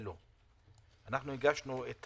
של